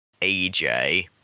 AJ